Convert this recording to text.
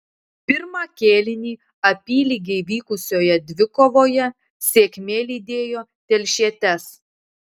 pirmą kėlinį apylygiai vykusioje dvikovoje sėkmė lydėjo telšietes